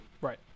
Right